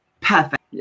Perfect